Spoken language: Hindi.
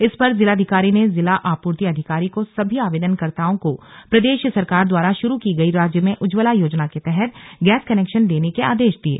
इस पर जिलाधिकारी ने जिला आपूर्ति अधिकारी को सभी आवेदनकर्ताओं को प्रदेश सरकार द्वारा शुरू की गई राज्य में उज्जवला योजना के तहत गैस कनेक्शन देने के आदेश दिये